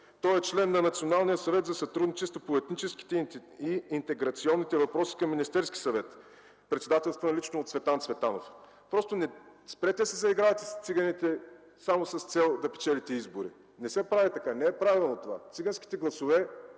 е член на Националния съвет за сътрудничество по етническите и интеграционните въпроси към Министерския съвет, председателстван лично от Цветан Цветанов. Спрете да се заигравате с циганите само с цел да печелите изборите. Не се прави така. Не е правилно. Циганските гласове